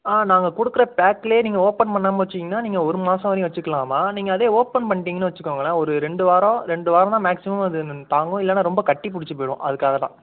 ஆ நாங்கள் கொடுக்கற பேக்லேயே நீங்கள் ஓப்பன் பண்ணாமல் வெச்சிங்கன்னால் நீங்கள் ஒரு மாசம் வரையும் வெச்சுக்கிலாம்மா நீங்கள் அதே ஓப்பன் பண்ணிட்டிங்கன்னு வெச்சுக்கோங்களேன் ஒரு ரெண்டு வாரம் ரெண்டு வாரம் தான் மேக்ஸிமம் அது தாங்கும் இல்லைன்னா ரொம்ப கட்டி புடிச்சு போயிடும் அதுக்காக தான்